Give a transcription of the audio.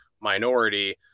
minority